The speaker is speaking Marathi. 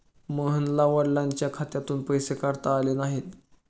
मोहनला वडिलांच्या खात्यातून पैसे काढता आले नाहीत